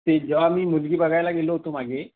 ते जेव्हा मी मुलगी बघायला गेलो होतो मागे